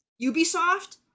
Ubisoft